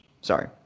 Sorry